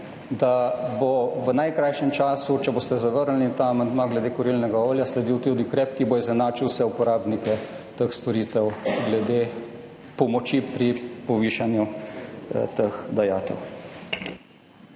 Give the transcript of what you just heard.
da bo v najkrajšem času, če boste zavrnili ta amandma glede kurilnega olja, sledil tudi ukrep, ki bo izenačil vse uporabnike teh storitev glede pomoči pri povišanju teh dajatev.